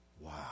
Wow